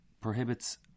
prohibits